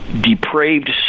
depraved